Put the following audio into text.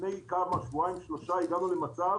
לפני שבועיים-שלושה הגענו למצב